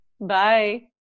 Bye